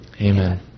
Amen